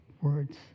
words